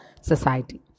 society